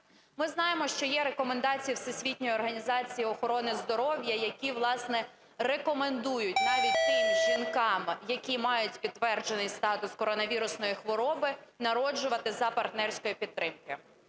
Ми знаємо, що є рекомендації Всесвітньої організації охорони здоров'я, які, власне, рекомендують навіть тим жінкам, які мають підтверджений статус коронавірусної хвороби, народжувати за партнерської підтримки.